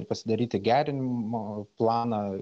ir pasidaryti gerinimo planą